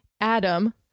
Adam